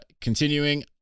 continuing